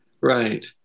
right